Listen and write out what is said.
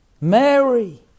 Mary